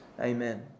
Amen